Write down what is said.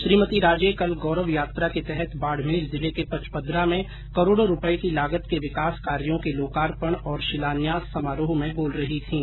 श्रीमती राजे कल गौरव यात्रा के तहत बाड़मेर जिले के पचपदरा में करोड़ों रुपये की लागत के विकास कार्यों के लोकार्पण और शिलान्यास समारोह बोल रही थीं